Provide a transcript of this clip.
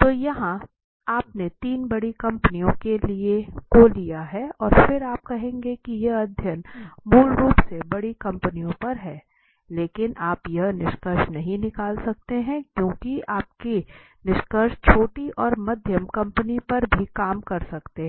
तो यहाँ आपने तीन बड़ी कंपनियों को लिया है और फिर आप कहेंगे कि यह अध्ययन मूल रूप से बड़ी कंपनियों पर है लेकिन आप यह निष्कर्ष नहीं निकाल सकते हैं क्यूंकि आपके निष्कर्ष छोटी और मध्यम कंपनियों पर भी काम कर सकते हैं